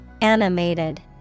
Animated